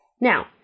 Now